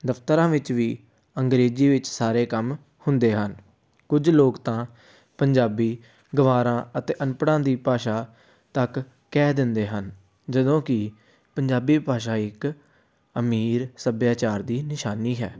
ਦਫਤਰਾਂ ਵਿੱਚ ਵੀ ਅੰਗਰੇਜ਼ੀ ਵਿੱਚ ਸਾਰੇ ਕੰਮ ਹੁੰਦੇ ਹਨ ਕੁਝ ਲੋਕ ਤਾਂ ਪੰਜਾਬੀ ਗਵਾਰਾਂ ਅਤੇ ਅਨਪੜ੍ਹਾਂ ਦੀ ਭਾਸ਼ਾ ਤੱਕ ਕਹਿ ਦਿੰਦੇ ਹਨ ਜਦੋਂ ਕਿ ਪੰਜਾਬੀ ਭਾਸ਼ਾ ਇੱਕ ਅਮੀਰ ਸੱਭਿਆਚਾਰ ਦੀ ਨਿਸ਼ਾਨੀ ਹੈ